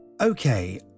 Okay